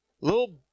little